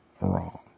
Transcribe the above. wrong